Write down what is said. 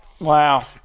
Wow